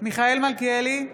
מיכאל מלכיאלי,